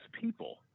people